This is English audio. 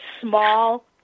small